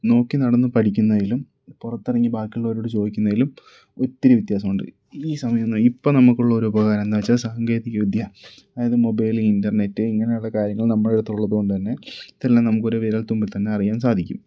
നോക്കി നടന്ന് പഠിക്കുന്നതിലും പുറത്തിറങ്ങി ബാക്കിയുള്ളവരോട് ചോദിക്കുന്നതിലും ഒത്തിരി വ്യത്യാസമുണ്ട് ഈ സമയം ഇപ്പം നമുക്കുള്ളൊരു ഉപകാരം എന്താന്ന് വെച്ചാൽ സാങ്കേതികവിദ്യ അതായത് മൊബൈല് ഇൻ്റർനെറ്റ് ഇങ്ങനെയുള്ള കാര്യങ്ങൾ നമ്മളുടെ അടുത്തുള്ളത് കൊണ്ട് തന്നെ ഇതെല്ലാം നമുക്കൊരു വിരൽ തുമ്പിൽ തന്നെ അറിയാൻ സാധിക്കും